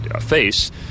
face